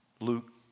Luke